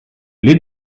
lit